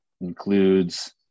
includes